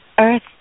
earth